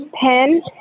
pen